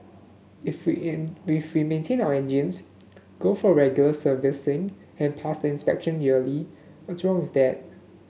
if we if we maintain our engines go for regular servicing and pass the inspection yearly what's wrong that